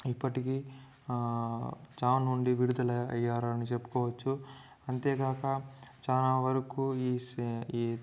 ఇప్పటికీ చావు నుండి విడుదలయ్యారని చెప్పుకోవచ్చు అంతేగాక చాలా వరకు ఈ సే ఈ